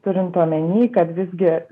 turint omeny kad visgi